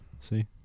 See